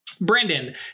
Brandon